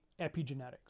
epigenetics